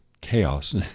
chaos